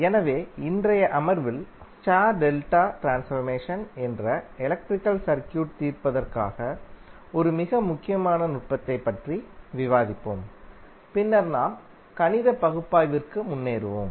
எனவே இன்றைய அமர்வில் ஸ்டார் டெல்டா ட்ரான்ஸ்ஃபர்மேஷன் என்ற எலக்ட்ரிக்கல் சர்க்யூட் தீர்ப்பதற்கான ஒரு மிக முக்கியமான நுட்பத்தைப் பற்றி விவாதிப்போம் பின்னர் நாம் கணித பகுப்பாய்விற்கு முன்னேறுவோம்